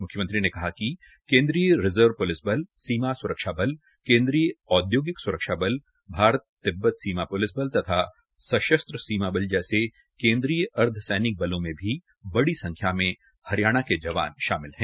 मुख्यमंत्री ने कहा कि केन्दीय रिजर्व पुलिस बल सीमा सुरक्षा बल केन्द्रीय औद्योगिक सुरक्षा बल भारत तिब्बत सीमा पुलिस बल तथा संशस्त्र सीमा बल जैसे केन्द्रीय अर्धसैनिक बलों में भी बड़ी संख्या में हरियाणा के जवाना शामिल है